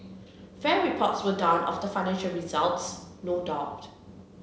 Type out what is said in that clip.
fair reports were done of the financial results no doubt